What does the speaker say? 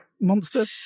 monster